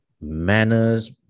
manners